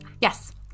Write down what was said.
Yes